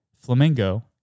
Flamingo